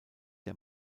der